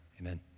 Amen